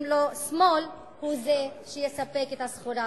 לו "שמאל" הוא זה שיספק את הסחורה.